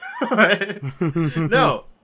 No